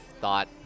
thought